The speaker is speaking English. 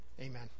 amen